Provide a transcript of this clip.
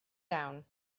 down